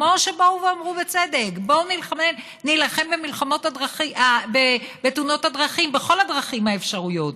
כמו שבאו ואמרו בצדק: בואו נילחם בתאונות הדרכים בכל הדרכים האפשריות,